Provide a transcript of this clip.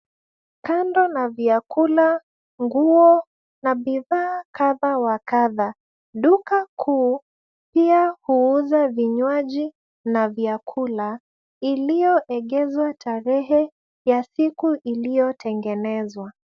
Kando na vyakula, nguo na bidhaa kadha wa kadha. Duka kuu pia huuza vinywaji na vyakula iliyoegezwa tarehe ya siku iliyotengenezwa.